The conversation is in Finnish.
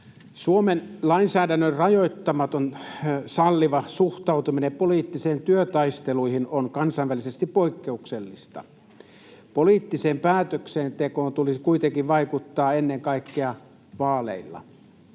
Suomen lainsäädännön rajoittamaton salliva suhtautuminen poliittisiin työtaisteluihin on kansainvälisesti poikkeuksellista. Poliittiseen päätöksentekoon tulisi kuitenkin vaikuttaa ennen kaikkea vaaleilla.